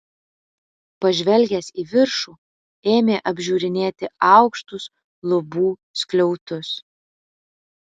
pažvelgęs į viršų ėmė apžiūrinėti aukštus lubų skliautus